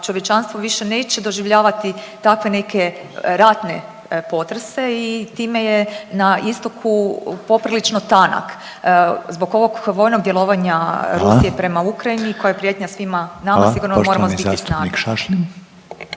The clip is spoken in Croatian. čovječanstvo više neće doživljavati takve neke ratne potrese i time je na istoku poprilično tanak. Zbog ovog vojnog djelovanja Rusije prema Ukrajini koja je prijetnja svima nama sigurno moramo zbiti snage.